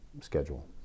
schedule